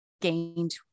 gained